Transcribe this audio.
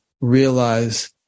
realize